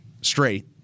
straight